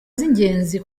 z’ingenzi